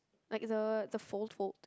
like the the fold fold